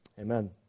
Amen